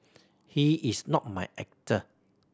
he is not my actor